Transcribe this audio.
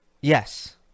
Yes